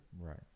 Right